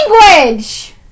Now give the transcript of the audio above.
language